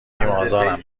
ازارم